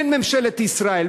אין ממשלת ישראל,